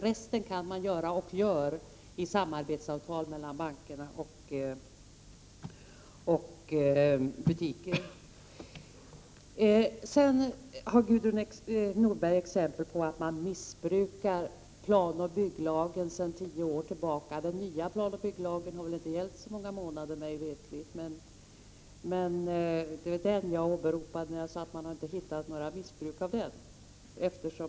Resten gör man och kan man göra i samarbetsavtal mellan bankerna och butikerna. Gudrun Norberg gav exempel på att man missbrukat planoch bygglagen sedan tio år tillbaka. Den nya planoch bygglagen har inte gällt i så många månader mig veterligt. Det var den lagen jag åberopade när jag sade att man inte har funnit några missbruk.